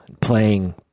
playing